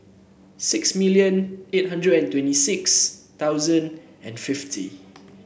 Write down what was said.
six million eight hundred and twenty six thousand and fifty